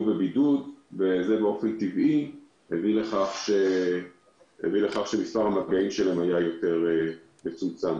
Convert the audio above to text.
שהביא לכך שמספר המגעים שלהם היה יותר מצומצם.